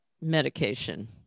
medication